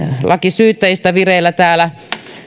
laki syyttäjistä vireillä täällä